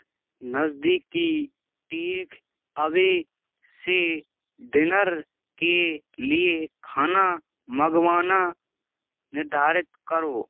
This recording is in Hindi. नज़दीकी टेक अवे से डिनर के लिए खाना मँगवाना निर्धारित करो